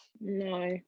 no